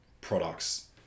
products